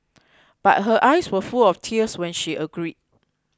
but her eyes were full of tears when she agreed